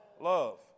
Love